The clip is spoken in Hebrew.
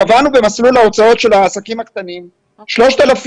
קבענו במסלול ההוצאות של העסקים הקטנים 3,000,